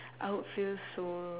I would feel so